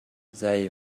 they